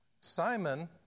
Simon